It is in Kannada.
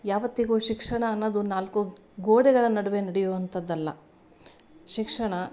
ಯಾವತ್ತಿಗು ಶಿಕ್ಷಣ ಅನ್ನದು ನಾಲ್ಕು ಗೋಡೆಗಳ ನಡುವೆ ನಡೆಯುವಂಥದ್ದಲ್ಲ ಶಿಕ್ಷಣ